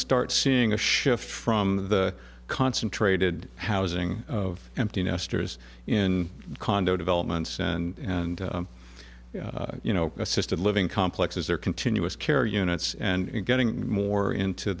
start seeing a shift from the concentrated housing of empty nesters in condo developments and you know assisted living complexes there continuous care units and getting more into